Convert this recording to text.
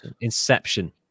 Inception